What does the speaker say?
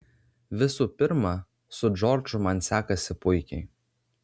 visų pirma su džordžu man sekasi puikiai